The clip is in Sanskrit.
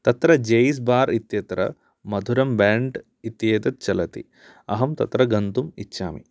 तत्र जैज़् बार् इत्यत्र मधुरं ब्याण्ड् इत्येतत् चलति अहं तत्र गन्तुम् इच्छामि